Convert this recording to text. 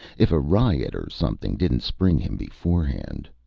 if a riot or something didn't spring him, beforehand.